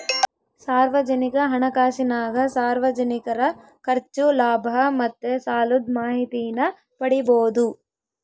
ಸಾರ್ವಜನಿಕ ಹಣಕಾಸಿನಾಗ ಸಾರ್ವಜನಿಕರ ಖರ್ಚು, ಲಾಭ ಮತ್ತೆ ಸಾಲುದ್ ಮಾಹಿತೀನ ಪಡೀಬೋದು